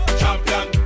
champion